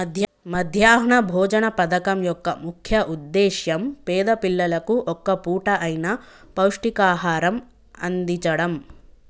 మధ్యాహ్న భోజన పథకం యొక్క ముఖ్య ఉద్దేశ్యం పేద పిల్లలకు ఒక్క పూట అయిన పౌష్టికాహారం అందిచడం